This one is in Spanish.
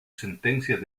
sentencia